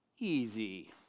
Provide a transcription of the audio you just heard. easy